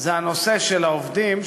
זה הנושא של העובדים,